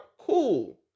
cool